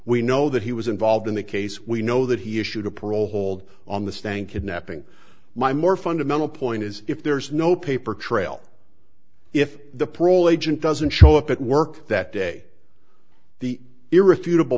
we know that he was involved in the case we know that he issued a parole hold on the stand kidnapping my more fundamental point is if there's no paper trail if the parole agent doesn't show up at work that day the irrefutable